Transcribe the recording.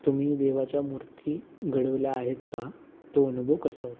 तुम्ही देवाच्या मूर्ती घडवल्या आहेत का तो अनुभव कसा होता